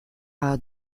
alla